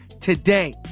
today